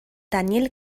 daniel